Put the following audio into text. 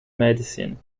medicine